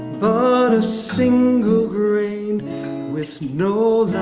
but a single grain with no